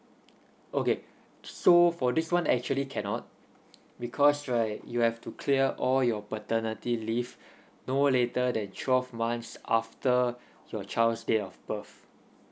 okay so for this [one] actually cannot because right you have to clear all your paternity leave no later that twelve months after your child's date of birth